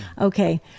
okay